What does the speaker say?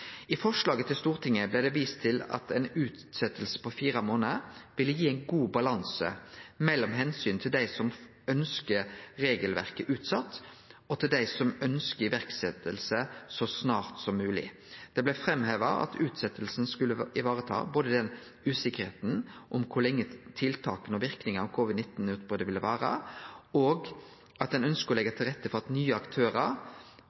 I forslaget til Stortinget blei det vist til at ei utsetjing på fire månader ville gi ein god balanse mellom omsynet til dei som ønskjer regelverket utsett, og dei som ønskjer iverksetjing så snart som mogleg. Det blei framheva at utsetjinga skulle vareta både usikkerheita om kor lenge tiltaka og verknadene av covid-19-utbrotet ville vare, at ein ønskjer å